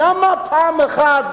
למה פעם אחת,